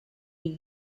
new